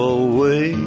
away